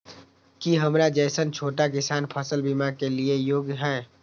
की हमर जैसन छोटा किसान फसल बीमा के लिये योग्य हय?